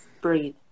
breathe